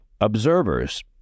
Observers